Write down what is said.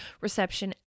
reception